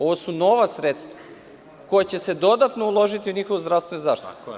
Ovo su nova sredstva koja će se dodatno uložiti u njihovu zdravstvenu zaštitu.